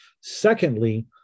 Secondly